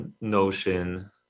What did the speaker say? notion